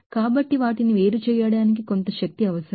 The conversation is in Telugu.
కాబట్టి వాటిని వేరు చేయడానికి కొంత శక్తి అవసరం